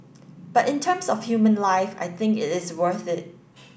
but in terms of human life I think it is worth it